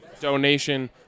donation